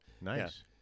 Nice